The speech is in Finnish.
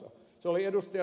se oli ed